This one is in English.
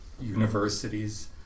universities